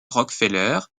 rockefeller